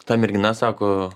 ta mergina sako